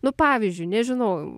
nu pavyzdžiui nežinau